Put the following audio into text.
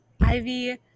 ivy